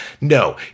No